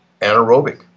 anaerobic